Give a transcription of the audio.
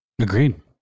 Agreed